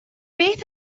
beth